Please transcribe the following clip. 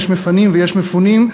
יש מפנים ויש מפונים,